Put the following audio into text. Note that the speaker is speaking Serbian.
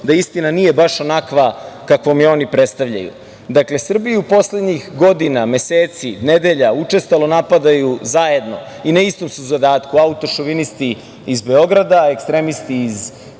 da istina nije baš onakva kakvom je oni predstavljaju. Dakle, Srbiju poslednjih godina, meseci, nedelja učestalo napadaju zajedno i na istom su zadatku autošovinisti iz Beograda, ekstremisti iz Prištine,